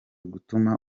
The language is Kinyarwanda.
gutuma